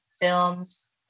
films